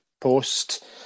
post